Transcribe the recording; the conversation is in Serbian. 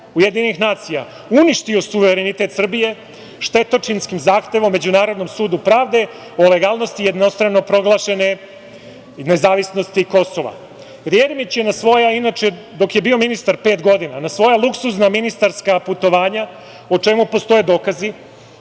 Skupštinom UN, uništio suverenitet Srbije, štetočinskim zahtevom Međunarodnim sudu pravde o legalnosti jednostrano proglašene nezavisnosti Kosova. Jeremić je, inače, dok je bio ministar pet godina, na svoja luksuzna ministarska putovanja, o čemu postoje dokazi,